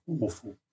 awful